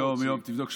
יום, יום, תבדוק.